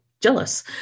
jealous